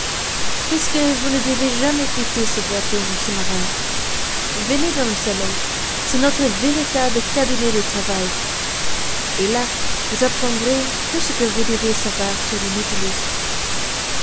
puisque vous ne devez jamais quitter ce bateau sous-marin venez dans le salon c'est notre véritable cabinet de travail et là vous apprendrez tout ce que vous devez savoir sur le nautilus